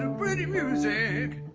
um pretty music